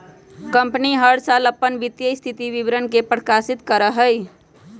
company हर साल अपन वित्तीय स्थिति विवरण के प्रकाशित करा हई